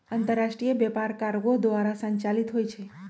अंतरराष्ट्रीय व्यापार कार्गो द्वारा संचालित होइ छइ